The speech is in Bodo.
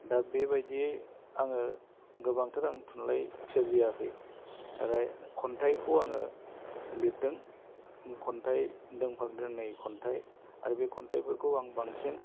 दा बेबायदियै आङो गोबांथार आं थुनलाइ सोरजियाखै नाथाय खन्थाइखौ आङो लिरदों आं खन्थाइ दोंफा दोंनै खन्थाइ आरो बे खन्थाइफोरखौ आं बांसिन